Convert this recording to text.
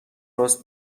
راست